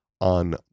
on